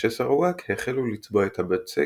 ואנשי סראוואק החלו לצבוע את הבצע